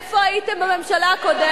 איפה הייתם בממשלה הקודמת?